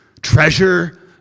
treasure